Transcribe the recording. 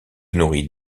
nourrit